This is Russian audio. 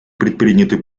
предприняты